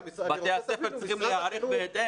בתי הספר צריכים להיערך בהתאם.